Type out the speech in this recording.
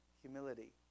humility